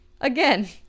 Again